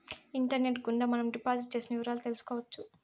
internet గుండా మనం deposit చేసిన వివరాలు తెలుసుకోవచ్చు